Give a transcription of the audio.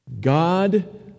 God